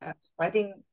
spreading